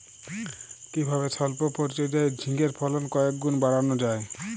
কিভাবে সল্প পরিচর্যায় ঝিঙ্গের ফলন কয়েক গুণ বাড়ানো যায়?